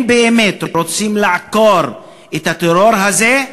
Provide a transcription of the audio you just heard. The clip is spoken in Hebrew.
אם באמת רוצים לעקור את הטרור הזה,